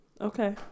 Okay